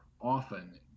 often